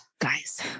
Guys